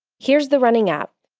here's the running app.